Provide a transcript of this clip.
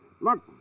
Look